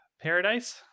Paradise